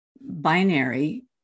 binary